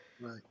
Right